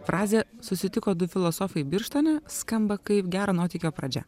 frazė susitiko du filosofai birštone skamba kaip gero nuotykio pradžia